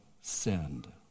sinned